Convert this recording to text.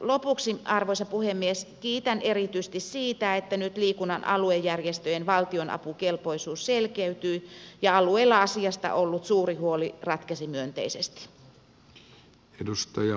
lopuksi arvoisa puhemies kiitän erityisesti siitä että nyt liikunnan aluejärjestöjen valtionapukelpoisuus selkeytyy ja alueilla asiasta ollut suuri huoli ratkesi myönteisesti